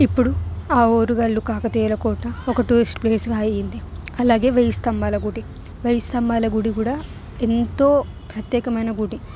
ఇప్పుడు ఆ ఓరుగల్లు కాకతీయుల కోట ఒక టూరిస్ట్ ప్లేస్గా అయింది అలాగే వెయ్యి స్తంభాల గుడి వెయ్యి స్తంభాల గుడి కూడా ఎంతో ప్రత్యేకమైన గుడి